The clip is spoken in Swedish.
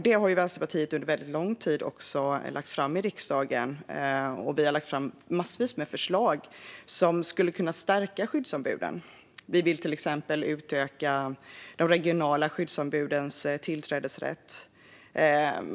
Det har Vänsterpartiet under väldigt lång tid också fört fram i riksdagen, och vi har lagt fram massor av förslag som skulle kunna stärka skyddsombuden. Vi vill till exempel utöka de regionala skyddsombudens tillträdesrätt.